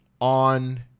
on